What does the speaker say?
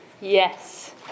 Yes